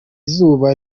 zuba